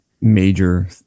major